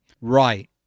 right